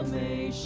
a